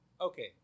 Okay